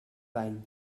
dany